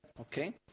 Okay